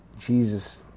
Jesus